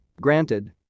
Granted